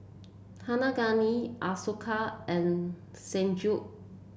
Kaneganti Ashoka and Sanjeev